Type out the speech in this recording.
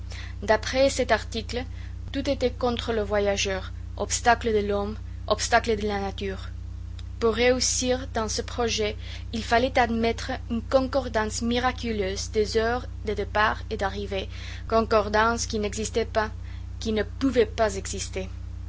d'après cet article tout était contre le voyageur obstacles de l'homme obstacles de la nature pour réussir dans ce projet il fallait admettre une concordance miraculeuse des heures de départ et d'arrivée concordance qui n'existait pas qui ne pouvait pas exister